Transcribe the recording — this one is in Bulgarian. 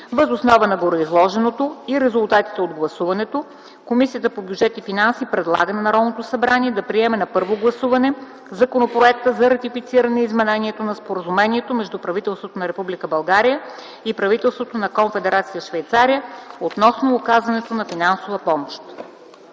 Въз основа на гореизложеното и резултатите от гласуването Комисията по бюджет и финанси предлага на Народното събрание да приеме на първо гласуване Законопроекта за ратифициране изменението на Споразумението между правителството на Република България и правителството на Конфедерация Швейцария относно оказването на финансова помощ.”